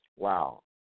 Wow